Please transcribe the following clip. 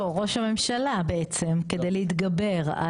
לא, ראש הממשלה בעצם כדי להתגבר.